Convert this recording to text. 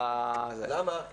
למה?